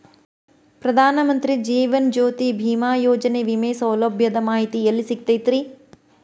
ಪ್ರಧಾನ ಮಂತ್ರಿ ಜೇವನ ಜ್ಯೋತಿ ಭೇಮಾಯೋಜನೆ ವಿಮೆ ಸೌಲಭ್ಯದ ಮಾಹಿತಿ ಎಲ್ಲಿ ಸಿಗತೈತ್ರಿ?